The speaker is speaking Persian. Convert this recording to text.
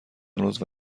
عضو